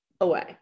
away